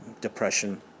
depression